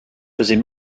faisait